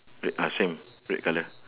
red ah same red colour